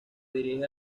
dirige